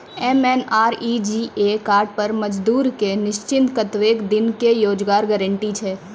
MNREGA card पर मजदुर के निश्चित कत्तेक दिन के रोजगार गारंटी छै?